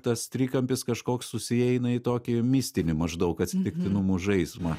tas trikampis kažkoks susieina į tokį mistinį maždaug atsitiktinumų žaismą